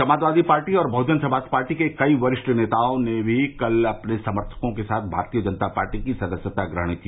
Samajwadi party और Bahujan Samaj party के कई वरिष्ठ नेताओं ने भी कल अपने समर्थकों के साथ भारतीय जनता पार्टी की सदस्यता ग्रहण की